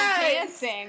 dancing